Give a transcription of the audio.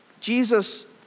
Jesus